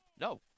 No